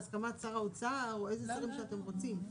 בהסכמת שר האוצר או הסכמה של איזה שרים שאתם רוצים.